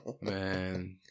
Man